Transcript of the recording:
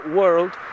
world